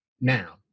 now